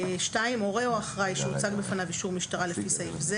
הורה או אחראי שהוצג בפניו אישור משטרה לפי סעיף זה,